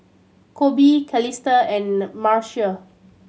Koby Calista and Marcia